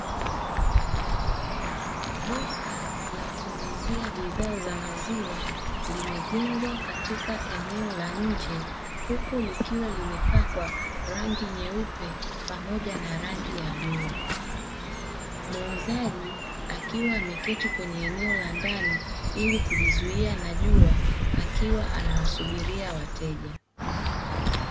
Duka la kuuzia bidhaa za maziwa limejengwa katika eneo la nje, huku likiwa limepakwa rangi nyeupe pamoja na rangi ya bluu. Muuzaji akiwa ameketi kwenye eneo la ndani ili kujizuia na jua akiwa anawasubiria wateja.